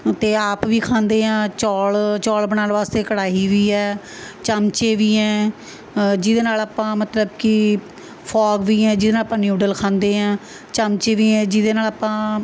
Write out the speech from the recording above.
ਅਤੇ ਆਪ ਵੀ ਖਾਂਦੇ ਹਾਂ ਚੌਲ ਚੌਲ ਬਣਾਉਣ ਵਾਸਤੇ ਕੜਾਹੀ ਵੀ ਹੈ ਚਮਚੇ ਵੀ ਹੈ ਜਿਹਦੇ ਨਾਲ ਆਪਾਂ ਮਤਲਬ ਕਿ ਫੌਗ ਵੀ ਹੈ ਜਿਹਦੇ ਨਾਲ ਆਪਾਂ ਨਿਊਡਲ ਖਾਂਦੇ ਹੈ ਚਮਚੇ ਵੀ ਹੈ ਜਿਹਦੇ ਨਾਲ ਆਪਾਂ